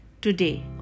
Today